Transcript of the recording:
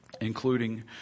including